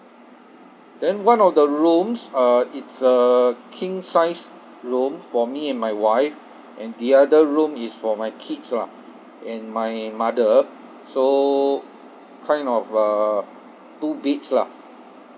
then one of the rooms uh it's a king sized room for me and my wife and the other room is for my kids lah and my mother so kind of uh two beds lah